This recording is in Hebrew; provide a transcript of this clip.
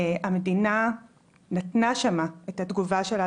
המדינה נתנה שם את התגובה שלה,